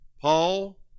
Paul